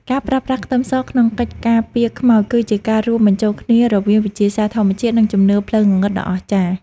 ការប្រើប្រាស់ខ្ទឹមសក្នុងកិច្ចការពារខ្មោចគឺជាការរួមបញ្ចូលគ្នារវាងវិទ្យាសាស្ត្រធម្មជាតិនិងជំនឿផ្លូវងងឹតដ៏អស្ចារ្យ។